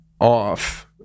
off